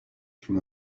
from